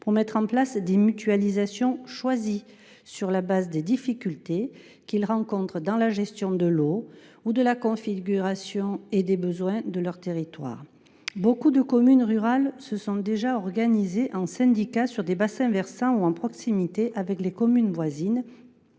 pour mettre en place des mutualisations choisies, sur la base des difficultés qu’ils rencontrent dans la gestion de l’eau et dans la configuration des besoins de leur territoire. De nombreuses communes rurales se sont déjà organisées en syndicats sur des bassins versants ou avec des communes voisines,